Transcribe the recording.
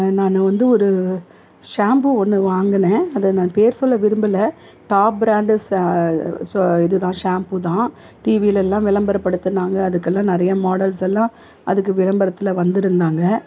நான் வந்து ஒரு ஷாம்பு ஒன்று வாங்கினேன் அதை நான் பேர் சொல்ல விரும்பலை டாப் ப்ராண்டு ச ஸோ இதுதான் ஷாம்பு தான் டிவிலேல்லாம் விளம்பரப்படுத்தினாங்க அதுக்கெல்லாம் நிறையா மாடல்ஸெல்லாம் அதுக்கு விளம்பரத்தில் வந்திருந்தாங்க